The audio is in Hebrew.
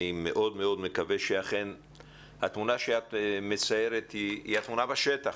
אני מאוד מקווה שהתמונה שאת מציירת היא אכן התמונה בשטח.